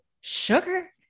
sugar